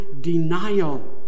denial